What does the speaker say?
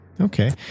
Okay